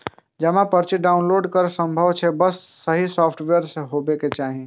जमा पर्ची डॉउनलोड करब संभव छै, बस सही सॉफ्टवेयर हेबाक चाही